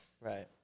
right